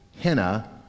henna